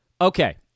Okay